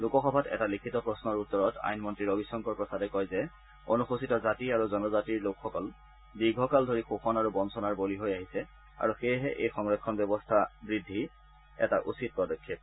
লোকসভাত এটা লিখিত প্ৰশ্নৰ উত্তৰত আইনমন্ত্ৰী ৰবিশংকৰ প্ৰসাদে কয় যে অনুসূচিত জাতি আৰু জনজাতি লোকসকল দীৰ্ঘকাল ধৰি শোষণ আৰু বঞ্চনাৰ বলি হৈ আহিছে আৰু সেয়েহে এই সংৰক্ষণ ব্যৱস্থা বৃদ্ধি এটা উচিত পদক্ষেপ